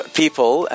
people